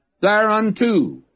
thereunto